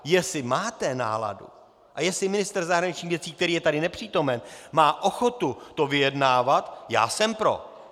Jestli máte náladu a jestli ministr zahraničních věcí, který je tu nepřítomen, má ochotu to vyjednávat, já jsem pro.